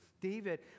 David